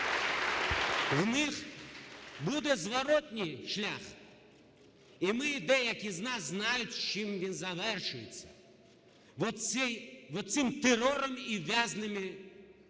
У них буде зворотний шлях. І ми, деякі з нас, знають, чим він завершується. Оцим терором і в'язнями, тюрмами,